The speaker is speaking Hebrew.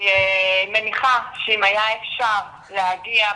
אני מניחה שאם היה אפשר להגיע,